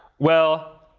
well,